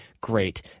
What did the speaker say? great